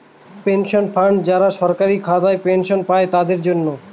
pension fund যারা সরকারি খাতায় পেনশন পাই তাদের জন্য